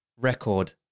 record